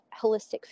holistic